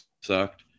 sucked